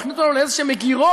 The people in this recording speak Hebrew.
הוא מכניס אותנו לאיזשהן מגירות,